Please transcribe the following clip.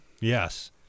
Yes